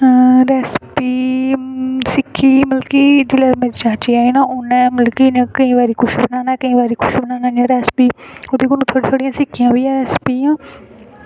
अ recipe सिक्खी जेल्लै मतलब की चज्ज आई ना मतलब की उन्ने केईं बारी कुछ बनाना जियां रेसिपी ओह्दे कोला थोह्ड़ा थोह्ड़ा सिक्खे्आ बी ऐ रेसिपी जां